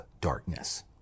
darkness